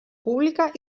pública